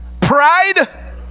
pride